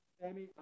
sammy